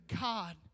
God